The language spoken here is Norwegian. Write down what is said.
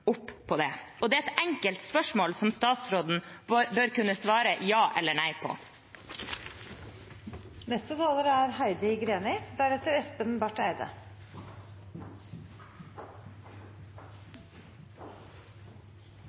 opp på det. Det er et enkelt spørsmål som statsråden bør kunne svare ja eller nei på.